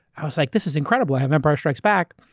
i was like, this is incredible, i have empire strikes back.